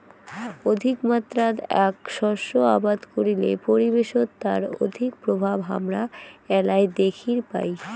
অধিকমাত্রাত এ্যাক শস্য আবাদ করিলে পরিবেশত তার অধিক প্রভাব হামরা এ্যালায় দ্যাখির পাই